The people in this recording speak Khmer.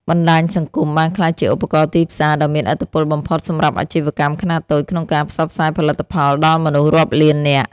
បណ្តាញសង្គមបានក្លាយជាឧបករណ៍ទីផ្សារដ៏មានឥទ្ធិពលបំផុតសម្រាប់អាជីវកម្មខ្នាតតូចក្នុងការផ្សព្វផ្សាយផលិតផលដល់មនុស្សរាប់លាននាក់។